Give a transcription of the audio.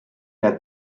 der